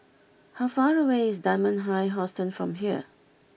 how far away is Dunman High Hostel from here